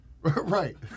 Right